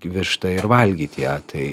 vištą ir valgyt ją tai